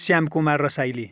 Shyamkumar Rasaili